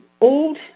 old